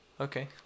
Okay